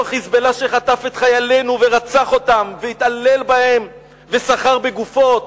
אותו "חיזבאללה" שחטף את חיילינו ורצח אותם והתעלל בהם וסחר בגופות?